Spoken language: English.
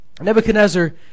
Nebuchadnezzar